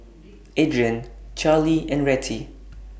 Adrianne Charley and Rettie